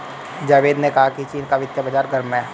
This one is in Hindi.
जावेद ने कहा कि चीन का वित्तीय बाजार गर्म है